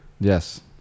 Yes